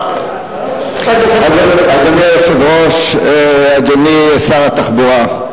אדוני היושב-ראש, אדוני שר התחבורה,